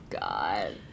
God